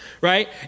right